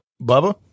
Bubba